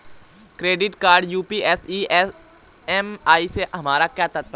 Credit card US EMI से हमारा क्या तात्पर्य है?